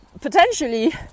potentially